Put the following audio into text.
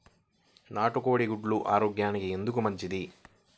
నాటు కోడి గుడ్లు ఆరోగ్యానికి ఎందుకు మంచిది?